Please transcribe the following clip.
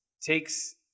takes